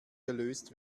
gelöst